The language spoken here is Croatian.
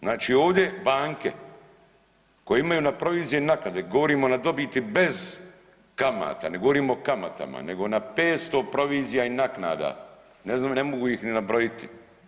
Znači ovdje banke koje imaju na provizije naknade govorimo na dobiti bez kamata, ne govorimo o kamatama nego na 500 provizija i naknada ne znam ne mogu ih ni nabrojiti.